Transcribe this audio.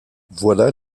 voilà